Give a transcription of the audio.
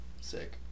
Sick